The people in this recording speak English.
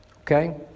Okay